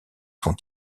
son